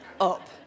up